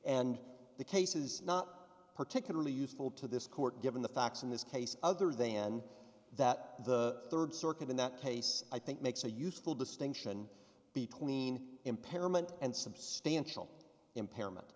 and the case is not particularly useful to this court given the facts in this case other than that the third circuit in that case i think makes a useful distinction between impairment and substantial impairment